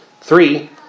Three